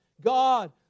God